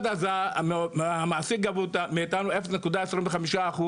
מהמעסיק, מאיתנו, גבו 0.25%,